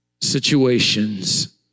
situations